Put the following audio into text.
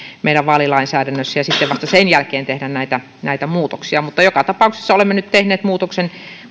meidän vaalilainsäädännössä ja sitten vasta sen jälkeen tehdä näitä näitä muutoksia mutta joka tapauksessa olemme nyt tehneet muutoksen